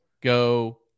go